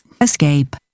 Escape